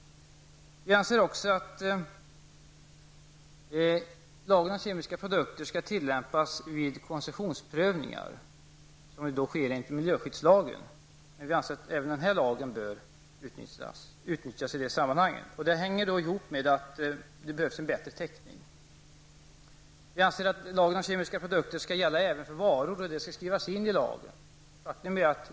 Vi anser också att lagen om kemiska produkter skall tillämpas vid koncessionsprövningar enligt miljöskyddslagen. Men vi anser att även lagen om kemiska produkter bör utnyttjas i detta syfte. Det hänger samman med att det behövs en bättre täckning. Vi anser att lagen om kemiska produkter skall gälla även varor och att detta skall skrivas in i lagen.